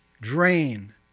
drain